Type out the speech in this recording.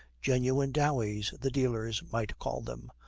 genuine doweys, the dealers might call them,